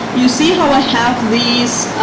you see how i have these,